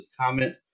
comment